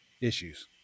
issues